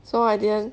so I didn't